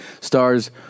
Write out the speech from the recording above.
stars